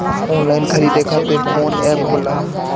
Online खरीदे खातीर कौन एप होला?